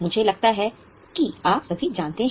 मुझे लगता है कि आप सभी जानते हैं